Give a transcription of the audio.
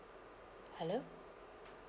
hello